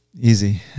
easy